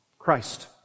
Christ